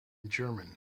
german